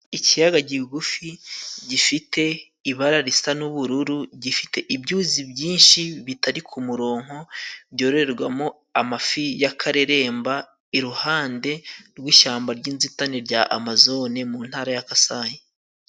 Ikiyaga kigufi gifite ibara risa n'ubururu, gifite ibyuzi byinshi bitari ku murongo, byororerwamo amafi ya karerereremba, iruhande rw'ishyamba ry'inzitane rya Amazone, mu Ntara ya Kasayi.